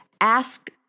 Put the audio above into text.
Ask